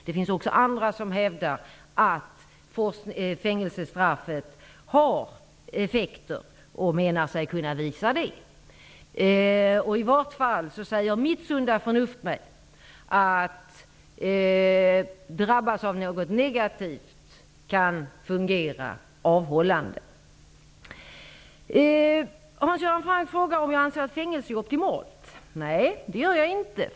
Det finns också andra som hävdar att fängelsestraffet har effekter och menar sig kunna visa detta. I vart fall säger mig mitt sunda förnuft att om man drabbas av något negativt kan det fungera avhållande. Hans Göran Franck frågade om jag anser att fängelse är optimalt. Nej, det gör jag inte.